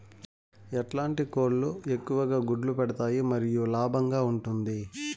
ఎట్లాంటి కోళ్ళు ఎక్కువగా గుడ్లు పెడతాయి మరియు లాభంగా ఉంటుంది?